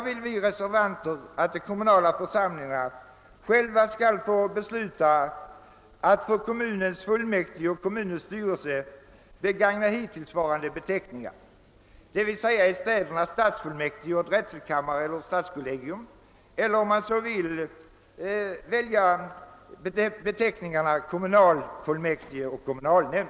Vi reservanter vill att de kommunala församlingarna själva skall kunna besluta att för kommunens fullmäktige och styrelse begagna hittillsvarande beteckningar, d.v.s. i städerna stadsfullmäktige och drätselkammare eller stadskollegium, eller att, om de så vill, välja beteckningarna kommunalfullmäktige och kommunalnämnd.